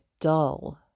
dull